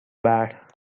bad